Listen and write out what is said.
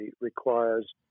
requires